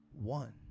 one